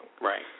right